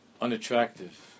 unattractive